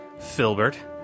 Filbert